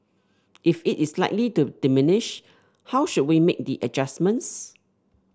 if it is likely to diminish how should we make the adjustments